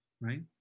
Right